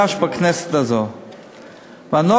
נעבור בבקשה להצעת חוק איסור קיום משא-ומתן על ירושלים אלא